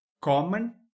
common